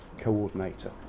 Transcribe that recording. coordinator